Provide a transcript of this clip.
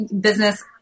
business